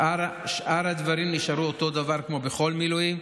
שאר הדברים נשארו אותו דבר כמו בכל מילואים.